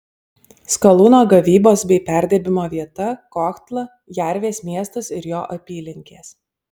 skalūno gavybos bei perdirbimo vieta kohtla jervės miestas ir jo apylinkės